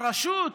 הרשות?